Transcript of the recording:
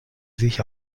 sich